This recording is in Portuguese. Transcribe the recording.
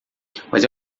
mas